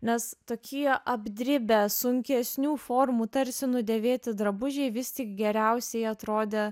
nes tokie apdribę sunkesnių formų tarsi nudėvėti drabužiai vis tik geriausiai atrodė